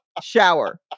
shower